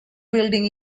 building